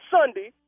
Sunday